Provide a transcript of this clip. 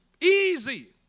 Easy